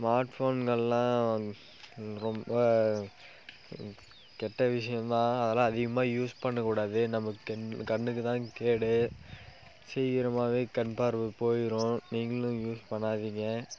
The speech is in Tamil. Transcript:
ஸ்மார்ட் போன்கள்லாம் ரொம்ப கெட்ட விஷயந்தான் அதலாம் அதிகமாக யூஸ் பண்ணக் கூடாது நம்ம கண் கண்ணுக்கு தான் கேடு சீக்கிரமாகவே கண் பார்வை போயிடும் நீங்களும் யூஸ் பண்ணாதீங்க